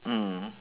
mm